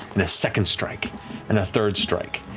and a second strike and a third strike,